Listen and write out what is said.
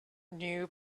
knew